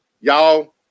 Y'all